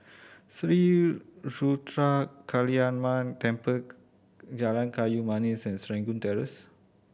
Sri Ruthra Kaliamman Temple Jalan Kayu Manis and Serangoon Terrace